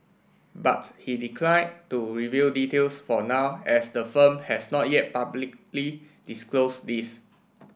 but he decline to reveal details for now as the firm has not yet publicly disclosed these